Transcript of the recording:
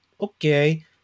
okay